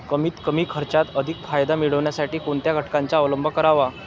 कमीत कमी खर्चात अधिक फायदा मिळविण्यासाठी कोणत्या घटकांचा अवलंब करावा?